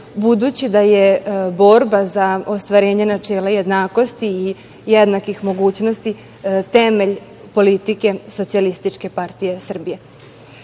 budući da je borba za ostvarenje načela jednakosti i jednakih mogućnosti temelj politike Socijalističke partije